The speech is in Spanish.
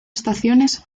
estaciones